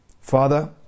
Father